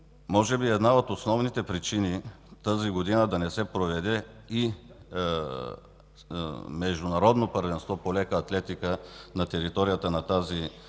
Може би една от основните причини тази година да не се проведе и Международно първенство по лека атлетика на територията на една